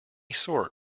sort